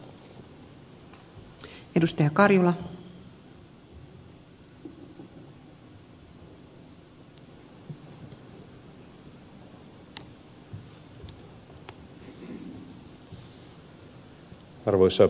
arvoisa rouva puhemies